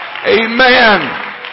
Amen